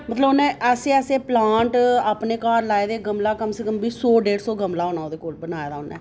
मतलब उन्नै ऐसे ऐसे प्लांट अपने घर लाए दे मतलब गमला कोई सौ डेढ़ सौ गमला होना उन्नै बनाए दा